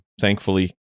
Thankfully